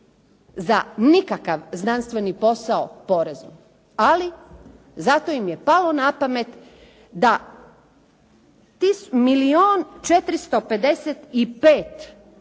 za nikakav znanstveni posao porezu, ali zato im je palo na pamet da milijun 455 prihoda,